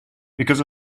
because